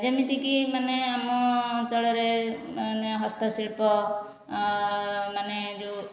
ଯେମିତିକି ମାନେ ଆମ ଅଞ୍ଚଳରେ ମାନେ ହସ୍ତଶିଳ୍ପ ମାନେ ଯେଉଁ